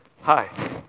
Hi